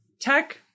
tech